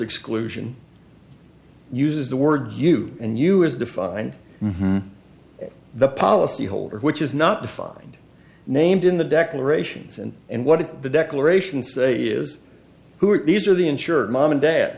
exclusion uses the word you and you as defined the policyholder which is not defined named in the declarations and and what the declaration say is who are these are the insured mom and dad